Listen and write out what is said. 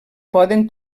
poden